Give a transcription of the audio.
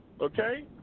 Okay